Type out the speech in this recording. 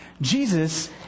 Jesus